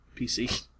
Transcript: PC